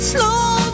Slow